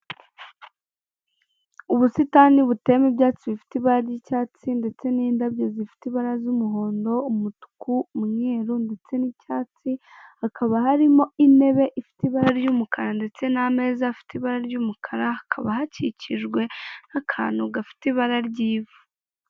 Ubusitani buteyemo ibyatsi bifite ibara ry'icyatsi ndetse n'indabyo zifite ibara ry'umuhondo umutuku, umweru ndetse n'icyatsi, hakaba harimo intebe ifite ibara ry'umukara ndetse n'ameza afite ibara ry'umukara, hakaba hakikijwe n'akantu gafite ibara ry'ivu.